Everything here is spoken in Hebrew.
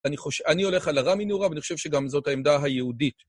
אני הולך על הרמינורה, ואני חושב שגם זאת העמדה היהודית.